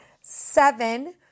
seven